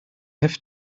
have